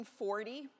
1940